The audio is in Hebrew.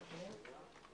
בוקר טוב.